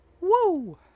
Woo